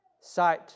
Sight